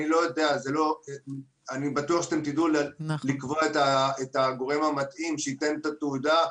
אני בטוח שאתם תדעו לקבוע את הגורם המתאים שייתן את התעודה,